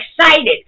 excited